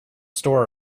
store